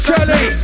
Kelly